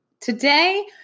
Today